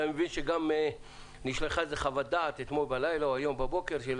אני יודע שגם נשלחה חוות דעת אתמול בלילה או היום בבוקר.